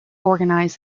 organize